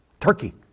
Turkey